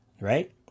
right